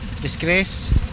Disgrace